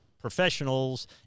professionals